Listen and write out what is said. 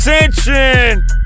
attention